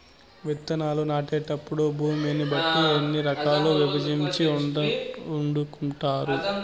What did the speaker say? విత్తనాలు నాటేటప్పుడు భూమిని బట్టి ఎన్ని రకాలుగా విభజించి వాడుకుంటారు?